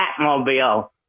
Batmobile